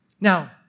Now